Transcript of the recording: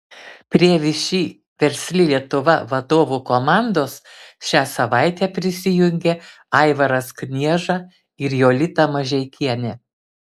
prie všį versli lietuva vadovų komandos šią savaitę prisijungė aivaras knieža ir jolita mažeikienė